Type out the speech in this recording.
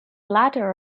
latter